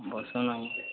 ବସୁନାହାନ୍ତି